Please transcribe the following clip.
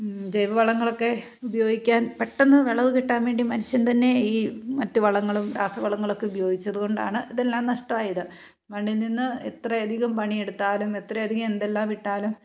ജൈവവളങ്ങളൊക്കെ ഉപയോഗിക്കാൻ പെട്ടെന്ന് വിളവ് കിട്ടാൻ വേണ്ടി മനുഷ്യൻ തന്നെ ഈ മറ്റു വളങ്ങളും രാസവളങ്ങളൊക്കെ ഉപയോഗിച്ചതുകൊണ്ടാണ് ഇതെല്ലാം നഷ്ടമായത് മണ്ണിൽ നിന്ന് എത്രയധികം പണിയെടുത്താലും എത്രയധികം എന്തെല്ലാമിട്ടാലും